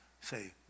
say